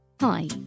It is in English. Hi